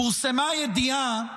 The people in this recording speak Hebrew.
פורסמה ידיעה